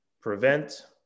prevent